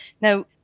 Now